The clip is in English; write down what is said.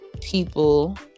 people